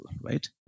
right